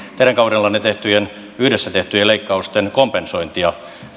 teidän kaudellanne tehtyjen yhdessä tehtyjen leikkausten kompensointia